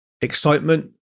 excitement